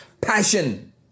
Passion